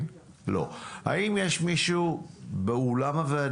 תוך למידה